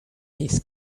his